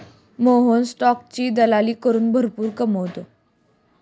मोहन स्टॉकची दलाली करून भरपूर कमावतो